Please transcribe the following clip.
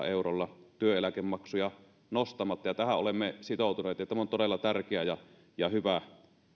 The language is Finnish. eurolla työeläkemaksuja nostamatta tähän olemme sitoutuneet ja tämä on todella tärkeä ja hyvä